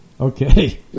Okay